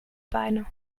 beine